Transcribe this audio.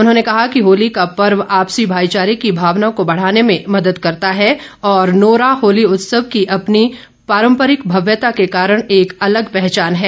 उन्होंने कहा कि होली का पर्व आपसी भाईचारे की भावना को बढ़ाने में मदद करता है और नोरा होली उत्सव की अपनी पराम्परिक भव्यता के कारण एक अलग पहचान है